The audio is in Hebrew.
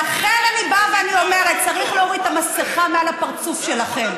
לכן אני באה ואני אומרת: צריך להוריד את המסכה מעל הפרצוף שלכם.